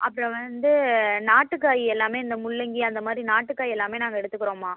அப்புறம் வந்து நாட்டுக்காய் எல்லாம் இந்த முள்ளங்கி அந்த மாதிரி நாட்டுக்காய் எல்லாம் நாங்கள் எடுத்துக்கிறோம்மா